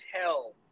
tell